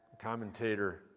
Commentator